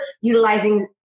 utilizing